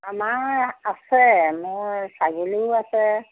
আমাৰ আছে মোৰ ছাগলীও আছে